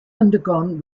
undergone